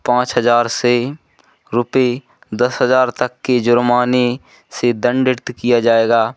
पाँच हजार से रुपये दस हजार तक की जुर्माने से दंडित किया जाएगा